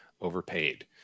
overpaid